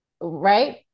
Right